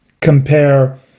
compare